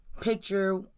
picture